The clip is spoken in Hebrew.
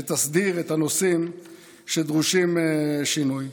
שתסדיר את הנושאים שדורשים שינוי.